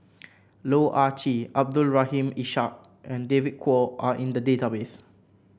Loh Ah Chee Abdul Rahim Ishak and David Kwo are in the database